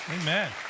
Amen